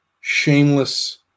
shameless